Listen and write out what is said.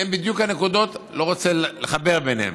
הם בדיוק הנקודות, לא רוצה לחבר ביניהן.